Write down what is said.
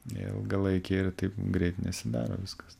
jie ilgalaikiai ir taip greit nesidaro viskas